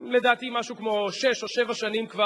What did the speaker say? לדעתי משהו כמו שש או שבע שנים כבר,